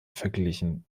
verglichen